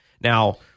Now